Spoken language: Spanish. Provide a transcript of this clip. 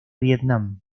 vietnam